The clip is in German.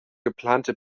geplante